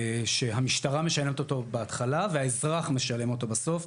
שהמשטרה משלמת אותו בהתחלה והאזרח משלם אותו בסוף.